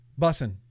bussin